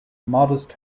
modest